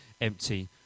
empty